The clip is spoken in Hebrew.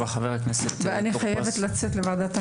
ואני חייבת לצאת לוועדת הכספים.